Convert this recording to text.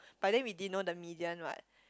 but then we didn't know the medium what